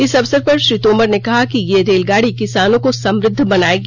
इस अवसर पर श्री तोमर ने कहा कि यह रेलगाड़ी किसानों को समृद्ध बनाएगी